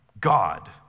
God